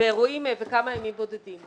ואירועים בכמה ימים בודדים.